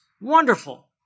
Wonderful